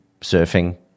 surfing